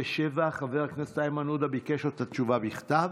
47. חבר הכנסת איימן עודה ביקש את התשובה בכתב.